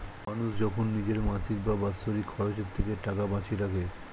মানুষ যখন নিজের মাসিক বা বাৎসরিক খরচের থেকে টাকা বাঁচিয়ে রাখে